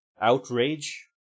outrage